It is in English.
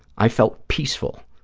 i felt peaceful,